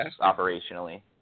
operationally